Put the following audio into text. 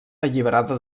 alliberada